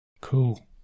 Cool